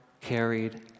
carried